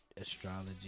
astrology